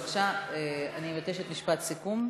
בבקשה, אני מבקשת משפט סיכום.